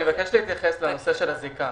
אני מבקש להתייחס לנושא של הזיקה.